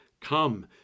Come